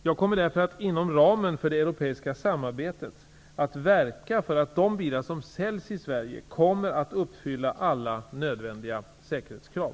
Jag kommer därför att inom ramen för det europeiska samarbetet verka för att de bilar som säljs i Sverige kommer att uppfylla alla nödvändiga säkerhetskrav.